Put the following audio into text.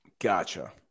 Gotcha